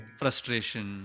frustration